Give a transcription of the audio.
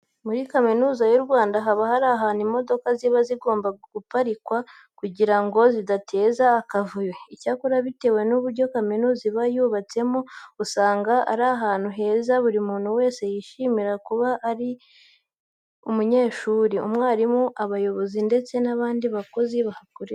Muri Kaminuza y'u Rwanda haba hari ahantu imodoka ziba zigomba guparikwa kugira ngo zidateza akavuyo. Icyakora bitewe n'uburyo kaminuza iba yubatsemo, usanga ari ahantu heza buri muntu wese yishimira kuba ari yaba umunyeshuri, umwarimu, abayobozi ndetse n'abandi bakozi bahakora.